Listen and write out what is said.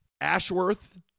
Ashworth